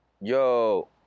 yo